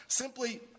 simply